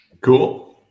Cool